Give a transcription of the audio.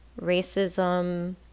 racism